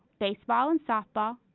baseball and softball,